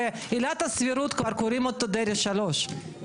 בעילת הסבירות כבר קוראים אותו דרעי 3,